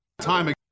time